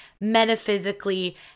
metaphysically